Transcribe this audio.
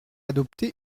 adopté